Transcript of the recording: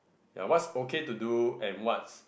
ya what's okay to do and what's